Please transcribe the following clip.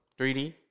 3D